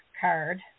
card